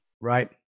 Right